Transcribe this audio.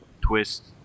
twist